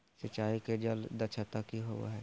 सिंचाई के जल दक्षता कि होवय हैय?